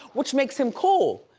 which makes him cool.